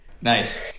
Nice